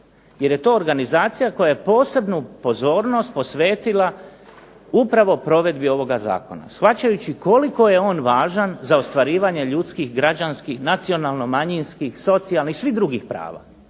jer je to organizacija koja je posebnu pozornost posvetila upravo provedbi ovoga zakona, shvaćaju koliko je on važan za ostvarivanje ljudskih, građanskih, nacionalno-manjinskih, socijalnih, svih drugih prava.